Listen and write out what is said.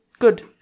Good